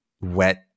wet